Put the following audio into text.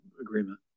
agreement